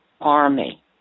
army